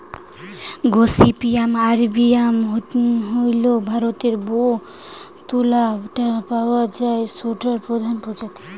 gossypium arboreum হইল ভারতরে যৌ তুলা টা পাওয়া যায় সৌটার প্রধান প্রজাতি